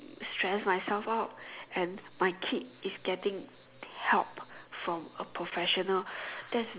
stress myself out and my kid is getting help from a professional that's